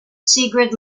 sigurd